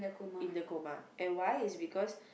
in the coma and why is because